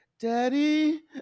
Daddy